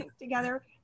together